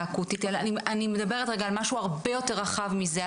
האקוטית אלא אני מדברת על משהו הרבה יותר רחב מזה,